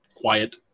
quiet